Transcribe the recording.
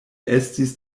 estis